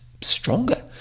stronger